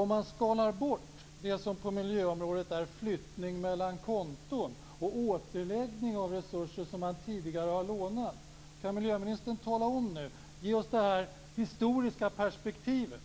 Om man skalar bort det som på miljöområdet är flyttning mellan konton och återläggning av resurser som man tidigare har lånat, kan miljöministern då tala om och ge oss det historiska perspektivet: